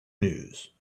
news